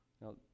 Now